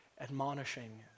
admonishing